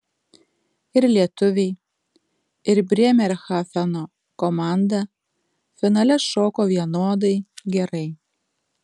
ir lietuviai ir brėmerhafeno komanda finale šoko vienodai gerai